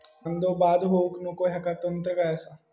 कांदो बाद होऊक नको ह्याका तंत्र काय असा?